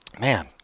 Man